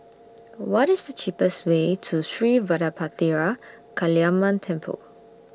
What IS The cheapest Way to Sri Vadapathira Kaliamman Temple